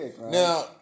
Now